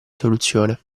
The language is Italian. soluzione